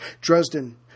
Dresden